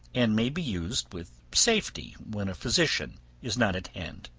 and may be used with safety, when a physician is not at hand.